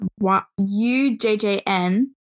UJJN